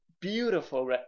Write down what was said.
beautiful